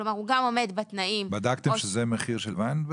כלומר הוא גם עומד בתנאים --- בדקתם שזה מחיר של ואן.